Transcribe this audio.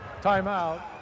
Timeout